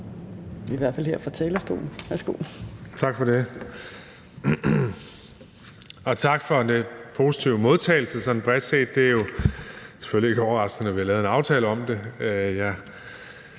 Boligministeren (Kaare Dybvad Bek): Tak for det. Og tak for den positive modtagelse sådan bredt set. Det er jo selvfølgelig ikke overraskende, da vi har lavet en aftale om det.